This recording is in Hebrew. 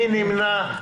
מי נמנע?